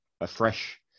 afresh